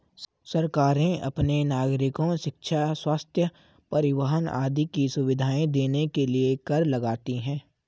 सरकारें अपने नागरिको शिक्षा, स्वस्थ्य, परिवहन आदि की सुविधाएं देने के लिए कर लगाती हैं